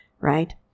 right